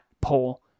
poll